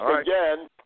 again